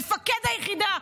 מפקד היחידה,